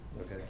Okay